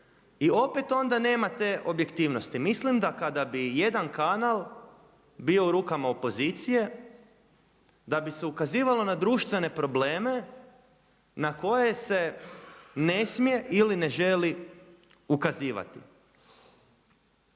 i opet onda nema te objektivnosti. Mislim da kada bi jedan kanal bio u rukama opozicije da bi se ukazivalo na društvene probleme na koje se ne smije ili ne želi ukazivati.